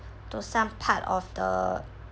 to some part of the